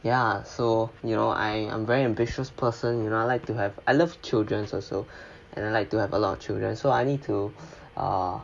ya so you know I I'm very ambitious person you know I'd like to have I love children also and I'd like to have a lot of children so I need to err